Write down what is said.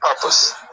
purpose